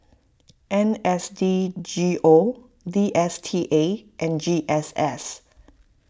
N S D G O D S T A and G S S